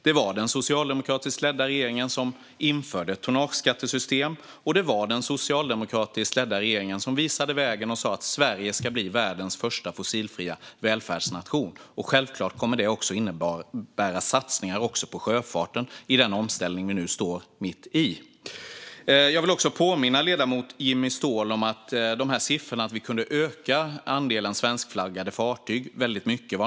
Det var den socialdemokratiskt ledda regeringen som införde ett tonnageskattesystem. Och det var den socialdemokratiskt ledda regeringen som visade vägen och sa att Sverige ska bli världens första fossilfria välfärdsnation. Självklart kommer det att innebära satsningar också på sjöfarten i den omställning som vi nu står mitt i. Jag vill påminna ledamoten Jimmy Ståhl, när det gäller siffrorna, om att branschen sa att vi kunde öka andelen svenskflaggade fartyg väldigt mycket.